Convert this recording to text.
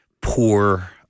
poor